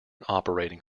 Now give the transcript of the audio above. operating